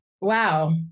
wow